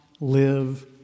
live